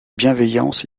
bienveillance